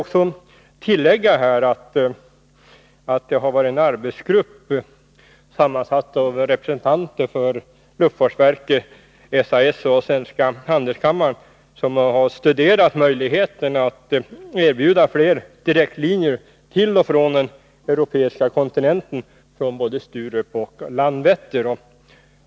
Jag vill tillägga att en arbetsgrupp, sammansatt av representanter för luftfartsverket, SAS och Svenska handelskammaren, har studerat möjligheterna att erbjuda fler direktlinjer till och från den europeiska kontinenten från både Sturup och Landvetter.